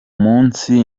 munsi